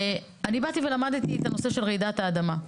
ואני באתי ולמדתי את הנושא של רעידת האדמה.